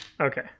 Okay